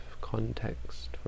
context